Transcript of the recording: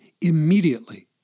immediately